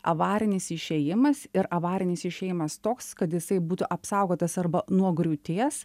avarinis išėjimas ir avarinis išėjimas toks kad jisai būtų apsaugotas arba nuo griūties